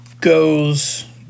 goes